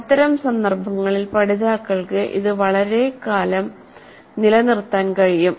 അത്തരം സന്ദർഭങ്ങളിൽ പഠിതാക്കൾക്ക് ഇത് വളരെക്കാലം നിലനിർത്താൻ കഴിയും